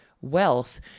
wealth